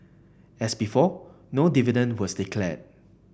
as before no dividend was declared